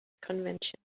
convention